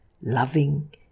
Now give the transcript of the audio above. loving